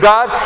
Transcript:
God